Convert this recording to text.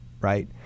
right